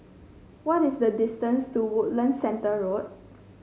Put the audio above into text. what is the distance to Woodlands Centre Road